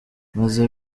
maze